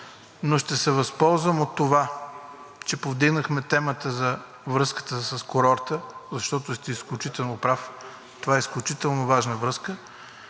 Ще се възползвам от това, че повдигнахме темата за връзката с курорта, защото сте изключително прав – това е изключително важна връзка,